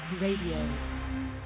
Radio